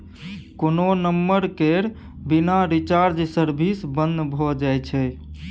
कोनो नंबर केर बिना रिचार्ज सर्विस बन्न भ जाइ छै